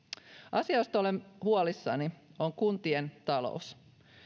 josta olen huolissani on kuntien talous